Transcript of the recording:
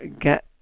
get